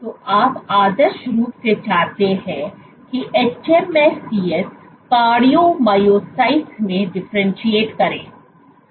तो आप आदर्श रूप से चाहते हैं कि hMSCs कार्डियोमायोसाइट्स में डिफरेंटशिएट करें